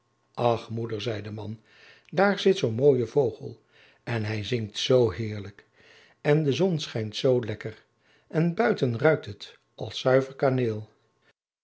ach moeder zei de man daar zit zoo'n mooie vogel en hij zingt zoo heerlijk en de zon schijnt zoo lekker en buiten ruikt het als zuiver kaneel